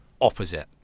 opposite